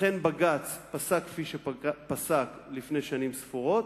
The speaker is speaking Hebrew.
לכן בג"ץ פסק כפי שפסק לפני שנים ספורות,